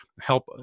help